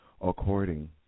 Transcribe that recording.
according